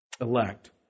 elect